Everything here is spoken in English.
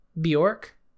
Bjork